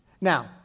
Now